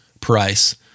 price